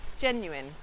genuine